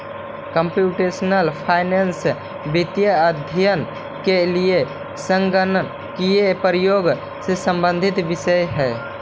computational finance वित्तीय अध्ययन के लिए संगणकीय प्रयोग से संबंधित विषय है